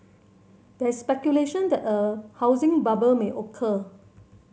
there is speculation that a housing bubble may occur